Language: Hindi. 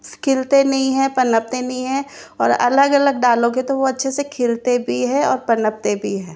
खिलते नहीं है पनपते नहीं है और अलग अलग डालोगे तो वो अच्छे से खिलते भी है और पनपते भी है